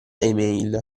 email